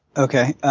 okay.